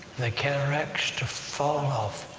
and the cataracts to fall off,